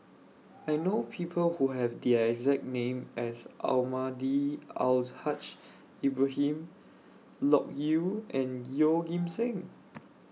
I know People Who Have The exact name as Almahdi Al Haj Ibrahim Loke Yew and Yeoh Ghim Seng